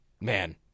man